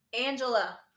Angela